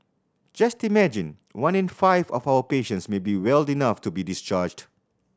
just imagine one in five of our patients may be well enough to be discharged